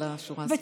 לשורה הסופית.